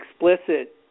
explicit